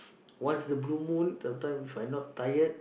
once a blue moon sometimes If I not tired